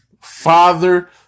Father